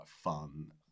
fun